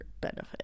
benefit